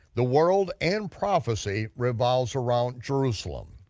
the world and prophecy revolves around jerusalem.